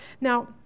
Now